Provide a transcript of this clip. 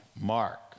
Mark